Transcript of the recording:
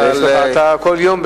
אתה כל יום,